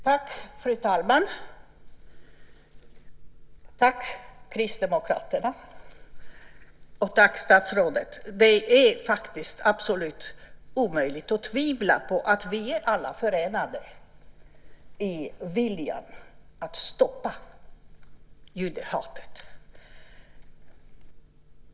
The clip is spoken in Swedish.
Fru talman! Tack Kristdemokraterna! Tack statsrådet! Det är faktiskt absolut omöjligt att tvivla på att vi alla är förenade i viljan att stoppa judehatet.